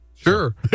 Sure